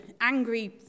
angry